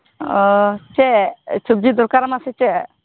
ᱚᱻ ᱪᱮᱫ ᱥᱚᱵᱡᱤ ᱫᱚᱨᱠᱟᱨᱟᱢᱟ ᱥᱮ ᱪᱮᱫ